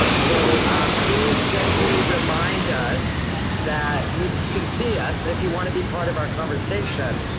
so please gently remind us that you can see us. and if you wanna be part of our conversation,